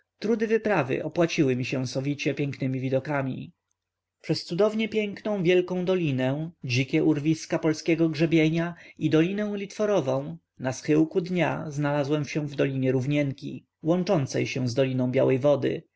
trudy wyprawy opłaciły mi się sowicie pięknemi widokami przez cudownie piękną wielką dolinę dzikie urwiska polskiego grzebienia i dolinę litworową na schyłku dnia znalazłem się w dolinie rówienki łączącej się z doliną białej wody